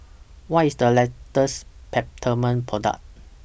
What IS The latest Peptamen Product